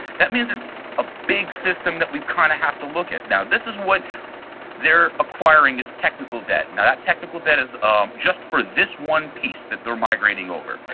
that means it's a big system that we kind of have to look at. now, this is what they're acquiring as technical debt. now, that technical debt is just for this one piece that they're migrating over.